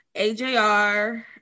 AJR